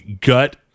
gut